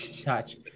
touch